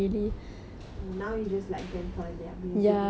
oh now you just like them for their music lah